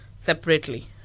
separately